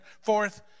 fourth